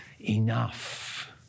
enough